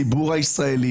אלא בציבור הישראלי,